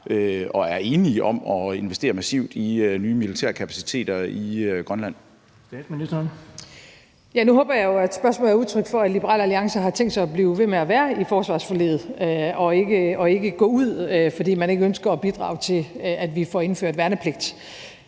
Bonnesen): Statsministeren. Kl. 09:17 Statsministeren (Mette Frederiksen): Nu håber jeg jo, at spørgsmålet er udtryk for, at Liberal Alliance har tænkt sig at blive ved med at være i forsvarsforliget og ikke går ud af det, fordi man ikke ønsker at bidrage til, at vi får indført værnepligt